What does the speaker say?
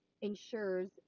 ensures